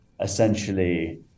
essentially